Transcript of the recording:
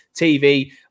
TV